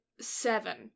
seven